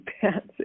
pants